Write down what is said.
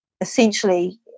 essentially